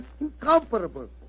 incomparable